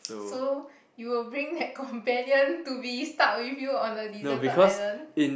so you will bring that companion to be stuck with you on a deserted island